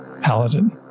paladin